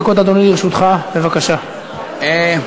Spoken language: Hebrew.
להבטחת דיור חלופי לתושבי שכונת הארגזים,